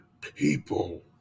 people